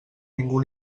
ningú